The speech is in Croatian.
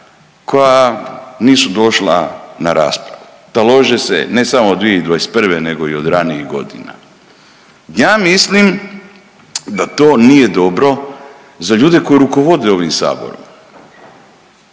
koja nisu došla na raspravu, talože se ne samo 2021. nego i od ranijih godina. Ja mislim da to nije dobro za ljude koji rukovode ovim saborom.